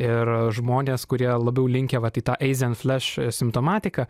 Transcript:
ir žmonės kurie labiau linkę vat į tą eizenfleš simptomatiką